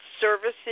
services